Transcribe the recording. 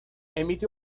emite